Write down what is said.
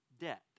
debt